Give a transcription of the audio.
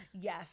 Yes